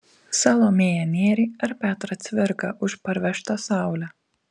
salomėją nėrį ar petrą cvirką už parvežtą saulę